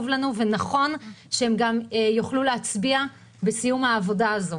לנו ונכון שיוכלו להצביע בסיום העבודה הזאת.